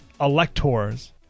electors